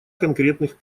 конкретных